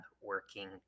working